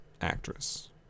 Actress